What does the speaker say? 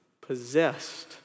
possessed